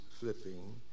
flipping